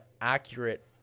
accurate